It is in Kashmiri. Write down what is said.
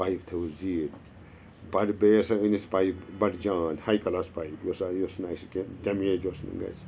پایپ تھٔوٕس زیٖٹھۍ بَڈٕ بیٚیہِ ہسا أنۍ اَسہِ پایپ بَڈٕ جان ہاے کٕلاس پایپ یۄس آ یۄس نہٕ اَسہِ کیٚنٛہہ ڈیمیج اوس نہٕ گَژھِ